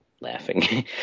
laughing